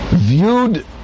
Viewed